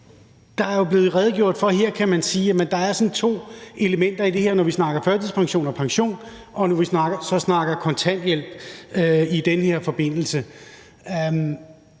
Der er jo blevet redegjort for det her, kan man sige, og der er altså to elementer i det her, når vi snakker førtidspension og pension i forbindelse med kontanthjælp. Og jeg tror bare,